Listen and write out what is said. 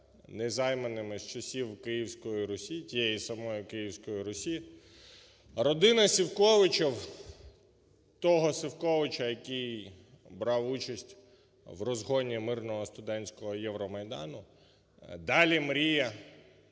незайманими з часів Київської Русі, тієї самої Київської Русі, родина Сівковичів, того Сівковича, який брав участь в розгоні мирного студентського Євромайдану, далі мріє